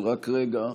אבל רק רגע.